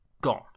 gone